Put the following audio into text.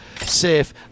safe